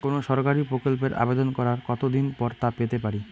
কোনো সরকারি প্রকল্পের আবেদন করার কত দিন পর তা পেতে পারি?